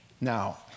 Now